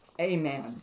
amen